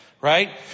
right